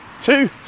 two